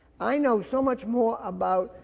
i know so much more about,